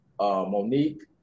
Monique